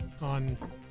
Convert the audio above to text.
on